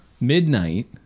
midnight